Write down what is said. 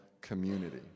community